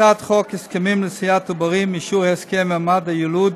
הצעת חוק הסכמים לנשיאת עוברים (אישור הסכם ומעמד היילוד)